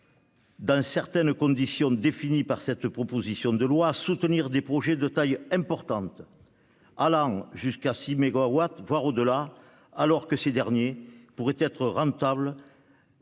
dans certaines conditions définies par cette proposition de loi, à soutenir des projets de taille importante, allant jusqu'à six mégawatts, voire au-delà, lesquels pourraient pourtant être rentables